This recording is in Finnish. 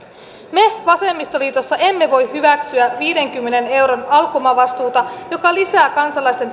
me vasemmistoliitossa emme voi hyväksyä viidenkymmenen euron alku omavastuuta joka lisää kansalaisten